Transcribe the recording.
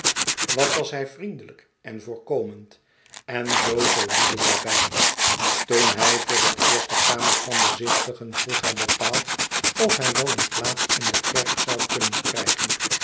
wat was hij vriendelijk en voorkomend en zoo solide daarbij toen hij voor het eerst de kamers kwam bezichtigen vroeg hij bepaald of hij wel een plaats in de kerk zou kunnen krijgen